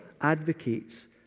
advocates